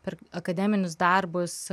per akademinius darbus